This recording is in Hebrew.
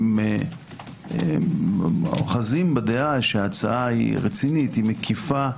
הם אוחזים שההצעה היא רצינית, היא מקיפה,